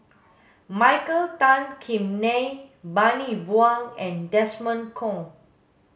Michael Tan Kim Nei Bani Buang and Desmond Kon